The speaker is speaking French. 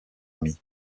ami